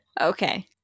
Okay